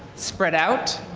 spread out